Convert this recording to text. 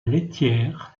laitière